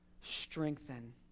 strengthen